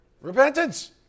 Repentance